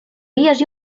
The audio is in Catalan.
dies